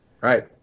Right